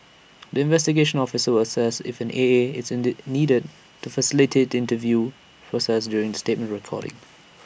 the investigation officer will assess if an A A is that needed to facilitate the interview process during statement recording